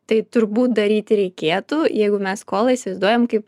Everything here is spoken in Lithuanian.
tai turbūt daryti reikėtų jeigu mes skolą įsivaizduojam kaip